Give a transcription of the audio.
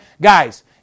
Guys